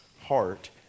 heart